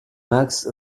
max